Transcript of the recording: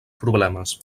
problemes